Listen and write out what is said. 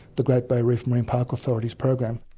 the great barrier reef marine park authority's program.